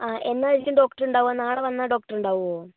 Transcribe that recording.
ആ എന്നായിരിക്കും ഡോക്ടർ ഉണ്ടാവുക നാളെ വന്നാൽ ഡോക്ടർ ഉണ്ടാകുമോ